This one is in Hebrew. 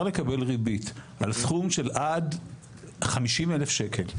לקבל ריבית על סכום של עד 50,000 שקלים,